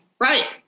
Right